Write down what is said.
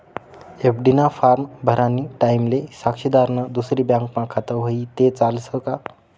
FD ना form भरानी टाईमले साक्षीदारनं दुसरी बँकमा खातं व्हयी ते चालस का